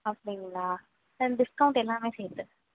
அப்படிங்களா சரி டிஸ்கவுண்ட் எல்லாமே சேர்த்து